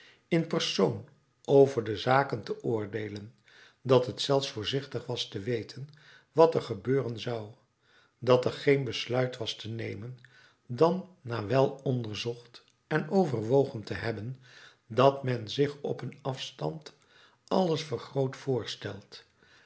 in persoon over de zaken te oordeelen dat het zelfs voorzichtig was te weten wat er gebeuren zou dat er geen besluit was te nemen dan na wel onderzocht en overwogen te hebben dat men zich op een afstand alles vergroot voorstelt